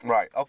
Right